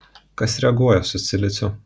kas reaguoja su siliciu